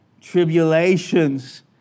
tribulations